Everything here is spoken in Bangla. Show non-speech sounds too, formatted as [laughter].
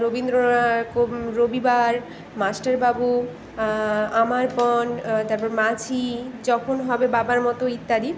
রবীন্দ্রনাথ [unintelligible] রবিবার মাস্টারবাবু আমার পণ তারপর মাঝি যখন হব বাবার মতো ইত্যাদি